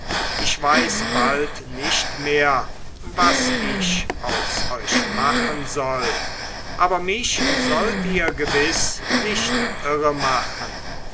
ich weiß bald nicht mehr was ich aus euch machen soll aber mich sollt ihr gewiß nicht